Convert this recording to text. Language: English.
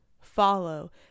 follow